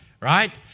right